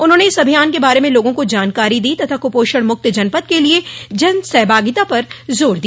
उन्होंने इस अभियान के बारे में लोगों को जानकारी दी तथा कुपोषण मुक्त जनपद के लिए जन सहभागिता पर जोर दिया